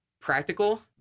practical